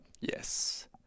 Yes